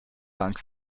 dank